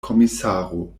komisaro